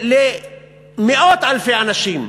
למאות אלפי אנשים,